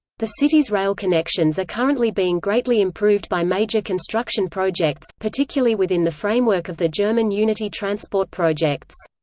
the city's rail connections are currently being greatly improved by major construction projects, particularly within the framework of the german unity transport projects.